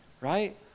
right